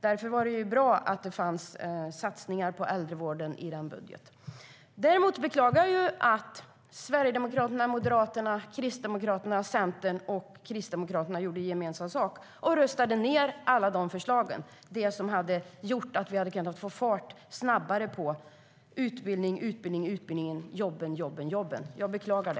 Därför var det bra att det fanns satsningar på äldrevården i vår budget. Jag beklagar att Sverigedemokraterna, Moderaterna, Kristdemokraterna, Centerpartiet och Folkpartiet gjorde gemensam sak och röstade ned alla de förslagen. Med dem hade vi kunnat få fart på utbildningen och jobben snabbare.